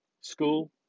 School